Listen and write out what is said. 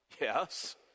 Yes